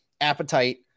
appetite